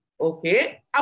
Okay